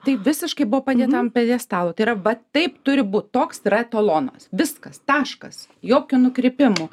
tai visiškai buvo padėta ant pjedestalo tai yra va taip turi būt toks yra talonas viskas taškas jokių nukrypimų